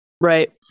Right